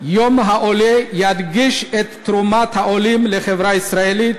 יום העולה ידגיש את תרומת העולים לחברה הישראלית,